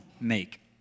make